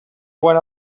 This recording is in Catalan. quan